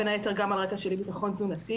בין היתר גם על רקע של אי-ביטחון תזונתי.